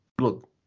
Look